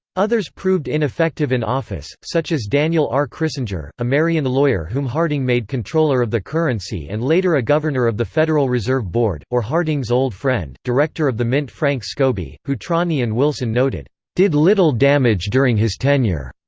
others proved ineffective in office, such as daniel r. crissinger, a marion lawyer whom harding made comptroller of the currency and later a governor of the federal reserve board or harding's old friend, director of the mint frank scobey, who trani and wilson noted did little damage during his tenure.